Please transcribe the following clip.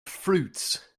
fruits